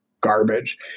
garbage